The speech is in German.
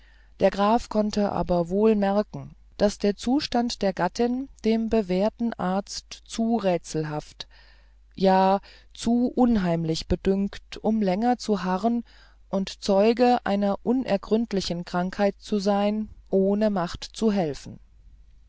der graf konnte aber wohl merken daß der zustand der gattin dem bewährten arzt zu rätselhaft ja zu unheimlich bedünkt um länger zu harren und zeuge einer unergründlichen krankheit zu sein ohne macht zu helfen